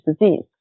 disease